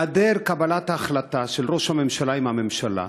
בהיעדר קבלת החלטה של ראש הממשלה עם הממשלה